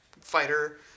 fighter